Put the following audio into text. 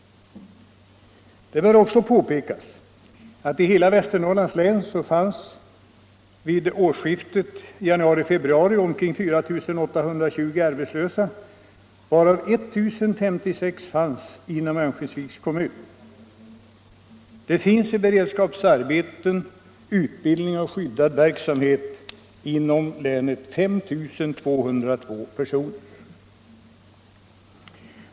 Det bör också påpekas att i hela Västernorrlands län fanns vid månadsskiftet januari-februari omkring 4 820 arbetslösa, varav 1 056 inom Örnsköldsviks kommun. Det finns i beredskapsarbeten, utbildning och skyddad verksamhet inom länet 5 202 personer.